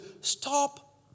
Stop